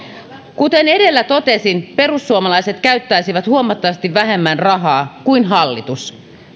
kuten edellä totesin perussuomalaiset käyttäisivät huomattavasti vähemmän rahaa kuin hallitus